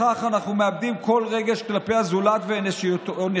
בכך אנחנו מאבדים כל רגש כלפי הזולת ואנושיותו.